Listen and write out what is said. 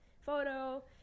photo